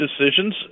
decisions